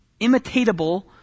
imitatable